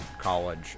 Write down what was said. College